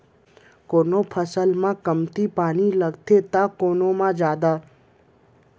कोनो फसल म कमती पानी लगथे त कोनो म जादा